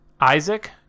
isaac